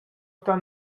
star